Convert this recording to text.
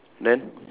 then